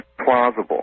Plausible